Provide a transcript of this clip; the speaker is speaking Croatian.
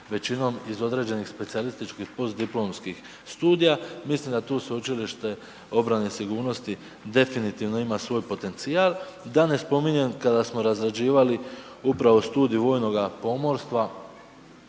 većinom iz određenih specijalističkih postdiplomskim studija, milim da tu Sveučilište obrane i sigurnosti ima svoj potencijal. Da ne spominjem kada smo razrađivali upravo studij vojnoga pomorstva,